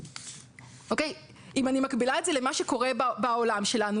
אם אני מקבילה את זה למה שקורה בעולם שלנו,